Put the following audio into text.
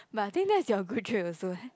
but I think that's your good trait also eh